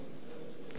אדוני ראש הממשלה,